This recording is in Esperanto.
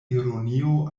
ironio